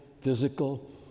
physical